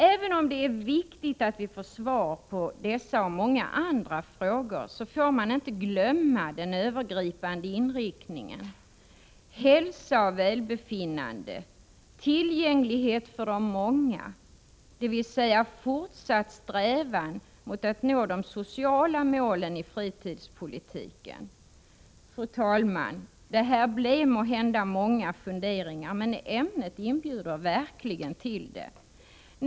Även om det är viktigt att vi får svar på dessa och många andra frågor får man inte glömma den övergripande inriktningen: hälsa och välbefinnande samt tillgänglighet för de många, dvs. en fortsatt strävan att nå de sociala målen i fritidspolitiken. Fru talman! Det här blev måhända många funderingar, men ämnet inbjuder verkligen till det.